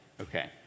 okay